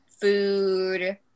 food